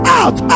out